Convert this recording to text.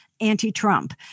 anti-Trump